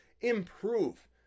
Improve